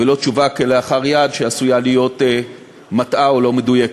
ולא תשובה כלאחר יד שעשויה להיות מטעה או לא מדויקת.